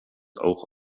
auch